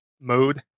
mode